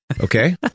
okay